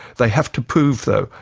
they have to prove, though,